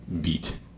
beat